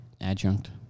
adjunct